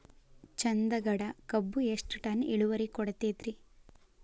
ಚಂದಗಡ ಕಬ್ಬು ಎಷ್ಟ ಟನ್ ಇಳುವರಿ ಕೊಡತೇತ್ರಿ?